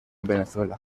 venezuela